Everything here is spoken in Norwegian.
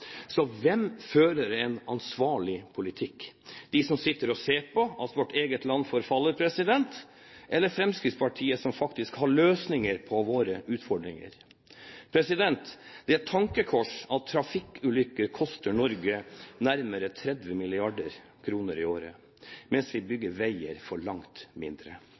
Så hvem fører en ansvarlig politikk – de som sitter og ser på at vårt eget land forfaller, eller Fremskrittspartiet, som faktisk har løsninger på våre utfordringer? Det er et tankekors at trafikkulykker koster Norge nærmere 30 mrd. kr i året, mens vi bygger veier for langt mindre.